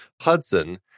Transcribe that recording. Hudson